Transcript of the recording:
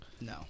No